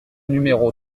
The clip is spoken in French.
numéro